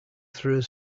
through